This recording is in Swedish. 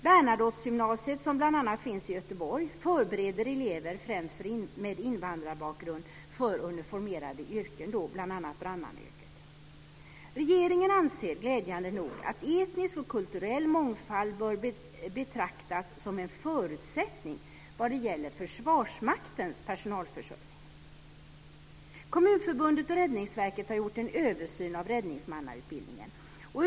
Bernadottegymnasiet, som bl.a. finns i Göteborg, förbereder främst elever med invandrarbakgrund för uniformerade yrken, bl.a. Regeringen anser glädjande nog att etnisk och kulturell mångfald bör betraktas som en förutsättning vad gäller Försvarsmaktens personalförsörjning. Kommunförbundet och Räddningsverket har gjort en översyn av räddningsmannautbildningen.